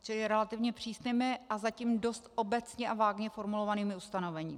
Čili relativně přísnými a zatím dost obecně a vágně formulovanými ustanoveními.